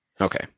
Okay